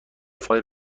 فای